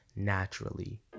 naturally